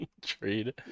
Trade